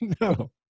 No